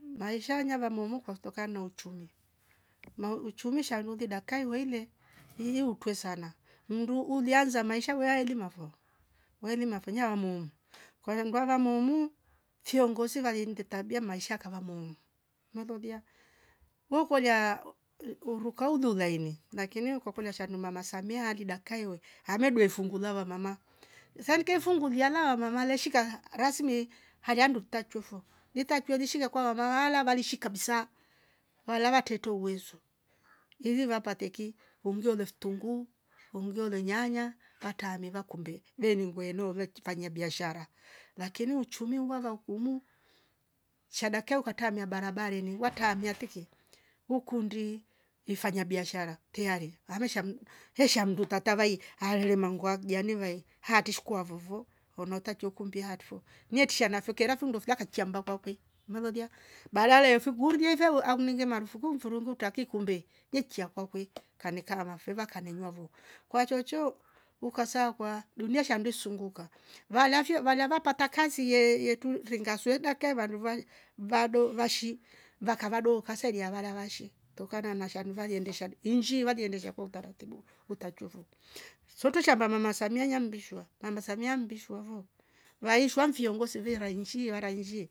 Maisha nyava moumo kostoka nauchumi. mauuchumi shanulie daika iweile nyinyiu utwe sana mndu ulianza maisha wailima mafo weili mafanyia wamoumu kwa ngdwuava momu fiongozi valinde tabia yakawa moumu nalolia ukolia uu eeh urukauola enyi lakini ukokolia shani mama samia hadi dakka iwe amedwefungula lwamama sankefungulia lia wamama leshika rasmi hajadu utatchwevo nitachwelishia kwa wamaawala valishika kabisa walava teto uwezo ivi vapate ki umjue lwe vitungu. umjue lwe nyanya atame meva kumbe deingue norektifanyia biashara lakini uchumi uvava ukumu shadakia ukatamia barabareni watamia wertiki ukundi ifanya biashara teari amesha mmh hesham mm ndu tata vai arere mangwa kjane vai atishkwa vovo unota chukumbia haat fo nietinishana fyukera fyundofyaka kchamba korokwi. melolia badale emfu mkurudivwe auminge marufuku mfurunguta taki kumbe yekia kwake kaneka kama feva kane nyuava vo kwa chocho ukasaa kwa dunia shande sunguka valafio valava pata kazi ye- yetu venga sweda keva vandu avn vvado vashi vakavado kaseria varavashi tokana na sham vanu eliendesha injii vali endesha kwa utaratibu utachwe voo sotwe mama samia yambishwa mama samia mbishwa vo vaishwa mfio ngoze veha rainishi wara inshii